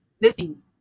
listen